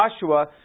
Joshua